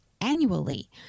annually